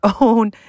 own